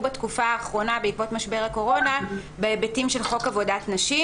בתקופה האחרונה בעקבות משבר הקורונה בהיבטים של חוק עבודת נשים